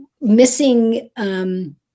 missing